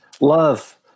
Love